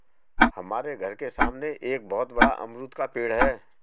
हमारे घर के सामने एक बहुत बड़ा अमरूद का पेड़ है